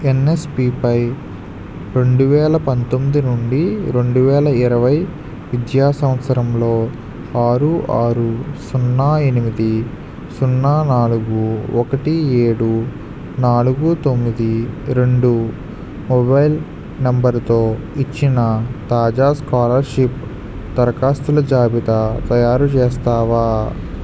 NSP పై రెండు వేల పంతొమ్మిది నుండి రెండు వేల ఇరవై విద్యా సంవత్సరంలో ఆరు ఆరు సున్నా ఎనిమిది సున్నా నాలుగు ఒకటి ఏడు నాలుగు తొమ్మిది రెండు మొబైల్ నంబర్తో ఇచ్చిన తాజా స్కాలర్షిప్ దరఖాస్తుల జాబితా తయారు చేస్తావా